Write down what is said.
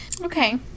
okay